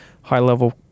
high-level